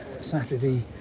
Saturday